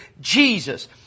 Jesus